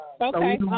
Okay